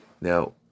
Now